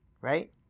right